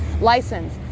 License